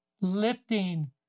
lifting